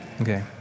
Okay